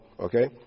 Okay